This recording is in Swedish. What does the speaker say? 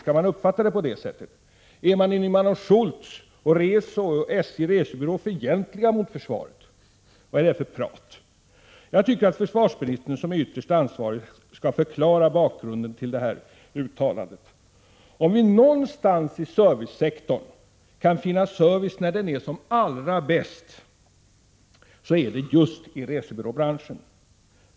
Är Nyman & Schultz, Reso och SJ:s resebyrå fientligt inställda till försvaret? Vad är det för prat? Jag tycker att försvarsministern, som är den ytterst ansvarige, skall förklara bakgrunden till detta uttalande. Om vi någonstans inom servicesektorn kan finna service när den är som allra bäst, så är det just i resebyråbranschen.